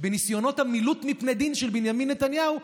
בניסיונות המילוט מפני דין של בנימין נתניהו,